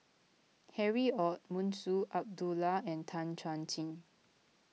Harry Ord Munshi Abdullah and Tan Chuan Jin